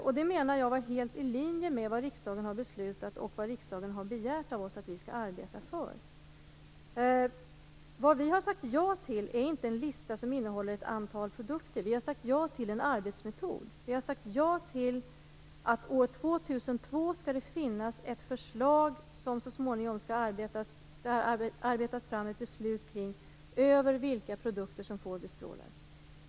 Jag menar att det var helt i linje med vad riksdagen har beslutat och vad riksdagen har begärt av oss att vi skall arbeta för. Vi har inte sagt ja till en lista som innehåller ett antal produkter. Vi har sagt ja till en arbetsmetod. Vi har sagt ja till att det år 2002 skall finnas ett förslag, som det så småningom skall arbetas fram ett beslut kring, över vilka produkter som får bestrålas.